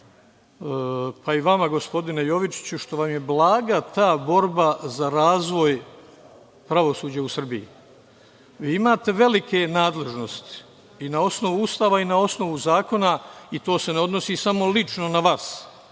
pa i vama, gospodine Jovičiću? Što vam je blaga ta borba za razvoj pravosuđa u Srbiji. Vi imate velike nadležnosti, i na osnovu Ustava i na osnovu Zakona, i to se ne odnosi samo lično na vas,